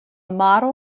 maro